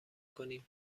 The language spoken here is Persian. کنیم